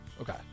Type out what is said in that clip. Okay